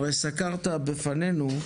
הרי סקרת בפנינו,